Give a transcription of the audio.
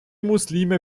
muslime